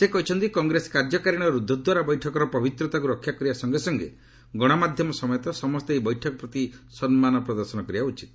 ସେ କହିଛନ୍ତି କଂଗ୍ରେସ କାର୍ଯ୍ୟକାରିଣୀର ରୁଦ୍ଧଦ୍ୱାର ବୈଠକର ପବିତ୍ରତାକୁ ରକ୍ଷା କରିବା ସଙ୍ଗେ ସଙ୍ଗେ ଗଣମାଧ୍ୟମ ସମେତ ସମସ୍ତେ ଏହି ବୈଠକ ପ୍ରତି ସମ୍ମାନ ପ୍ରଦର୍ଶନ କରିବା ଉଚିତ୍